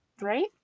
right